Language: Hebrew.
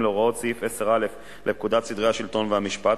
להוראות סעיף 10א לפקודת סדרי השלטון והמשפט,